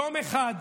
יום אחד.